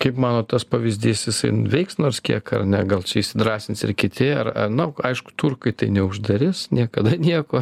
kaip manot tas pavyzdys jisai veiks nors kiek ar ne gal įsidrąsins ir kiti ar na aišku turkai tai neuždarys niekada nieko